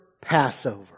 Passover